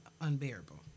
unbearable